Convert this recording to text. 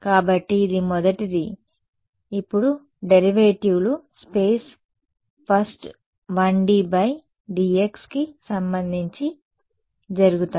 కాబట్టి ఇది మొదటిది కాబట్టి ఇప్పుడు డెరివేటివ్లు space first 1D by dx కి సంబంధించి జరుగుతాయి